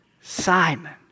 Simon